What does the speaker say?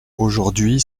aujourd’hui